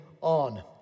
on